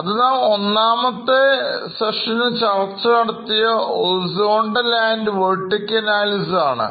അത് നാം ഒന്നാമത്തെ നമുക്കു സെഷനിൽ ചർച്ച നടത്തിയ horizontal and vertical analysis ആണ്